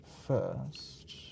First